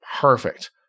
perfect